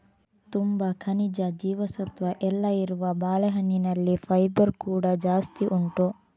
ತುಂಬಾ ಖನಿಜ, ಜೀವಸತ್ವ ಎಲ್ಲ ಇರುವ ಬಾಳೆಹಣ್ಣಿನಲ್ಲಿ ಫೈಬರ್ ಕೂಡಾ ಜಾಸ್ತಿ ಉಂಟು